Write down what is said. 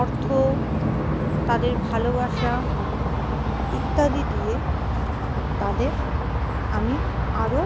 অর্থ তাদের ভালোবাসা ইত্যাদি দিয়ে তাদের আমি আরও